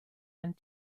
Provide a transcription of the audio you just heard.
and